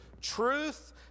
Truth